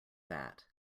that